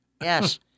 Yes